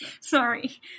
Sorry